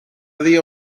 dia